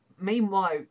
meanwhile